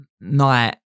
night